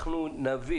אנחנו נביא